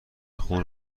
خون